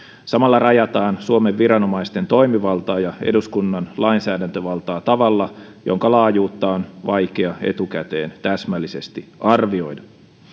samalla rajataan suomen viranomaisten toimivaltaa ja eduskunnan lainsäädäntövaltaa tavalla jonka laajuutta on vaikea etukäteen täsmällisesti arvioida